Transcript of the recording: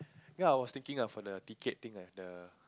ya I was thinking of for the ticket thing like the